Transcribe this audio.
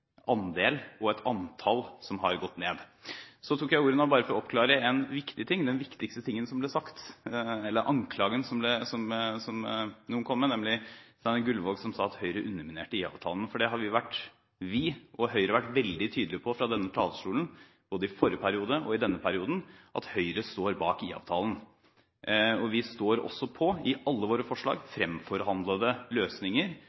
andel og et antall som har gått ned. Jeg tok ordet nå for å oppklare en viktig ting, den viktigste tingen som ble sagt, eller anklagen som noen kom med, nemlig Steinar Gullvåg, som sa at Høyre underminerte IA-avtalen. Vi, Høyre, har vært veldig tydelige på fra denne talerstolen, både i forrige periode og denne perioden, at Høyre står bak IA-avtalen. Vi står også på – i alle våre forslag – framforhandlede løsninger,